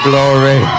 Glory